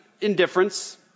indifference